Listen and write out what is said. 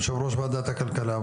יושב ראש ועדת הכלכלה,